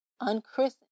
unchristened